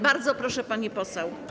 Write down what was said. Bardzo proszę, pani poseł.